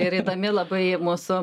ir įdomi labai mūsų